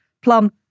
Plum